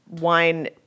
wine